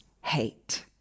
hate